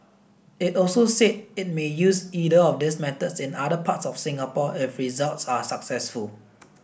it also said it may use either of these methods in other parts of Singapore if results are successful